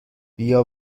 بیا